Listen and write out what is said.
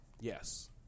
Yes